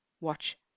watch